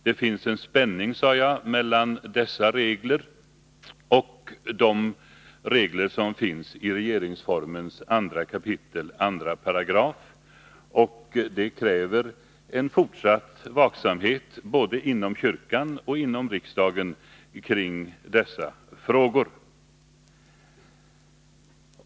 Det finns en spänning mellan dessa regler och de regler som finns i regeringsformens 2 kap. 2 §, och det kräver en fortsatt vaksamhet både inom kyrkan och inom riksdagen kring dessa frågor.